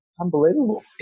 unbelievable